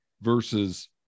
versus